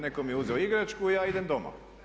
Netko mi je uzeo igračku i ja idem doma.